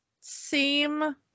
seem